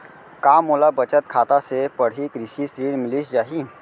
का मोला बचत खाता से पड़ही कृषि ऋण मिलिस जाही?